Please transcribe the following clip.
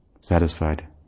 satisfied